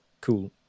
cool